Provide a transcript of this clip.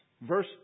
verse